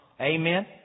Amen